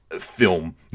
film